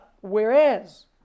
Whereas